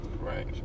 Right